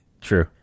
True